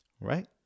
right